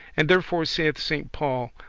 and therefore saith saint paul,